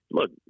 look